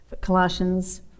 Colossians